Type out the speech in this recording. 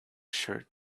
shirt